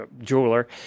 jeweler